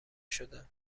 شدم